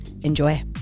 Enjoy